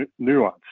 nuanced